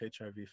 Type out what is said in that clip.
HIV